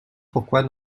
pourquoi